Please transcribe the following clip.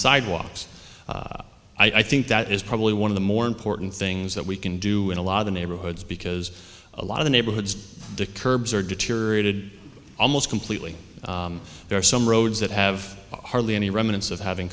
inside walks i think that is probably one of the more important things that we can do in a lot of the neighborhoods because a lot of the neighborhoods the curbs are deteriorated almost completely there are some roads that have hardly any remnants of having